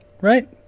right